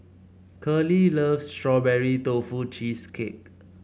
curley loves Strawberry Tofu Cheesecake